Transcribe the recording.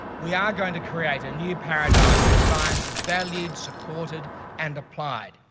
we are going to create a new paradigm where science is valued, supported and applied,